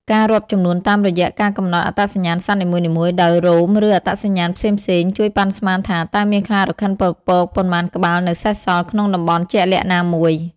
ការរាប់ចំនួនតាមរយៈការកំណត់អត្តសញ្ញាណសត្វនីមួយៗ ដោយរោម ឬអត្តសញ្ញាណផ្សេងៗ ជួយប៉ាន់ស្មានថា តើមានខ្លារខិនពពកប៉ុន្មានក្បាលនៅសេសសល់ក្នុងតំបន់ជាក់លាក់ណាមួយ។